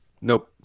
nope